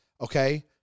okay